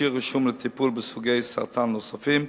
התכשיר רשום לטיפול בסוגי סרטן נוספים,